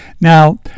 Now